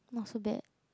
not so bad